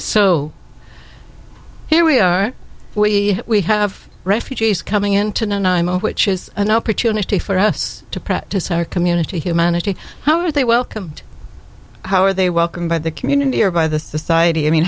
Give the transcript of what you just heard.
so here we are we we have refugees coming in tonight which is an opportunity for us to practice our community humanity how are they welcomed how are they welcomed by the community or by the society i mean